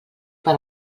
per